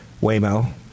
Waymo